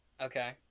okay